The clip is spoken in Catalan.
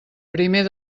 primer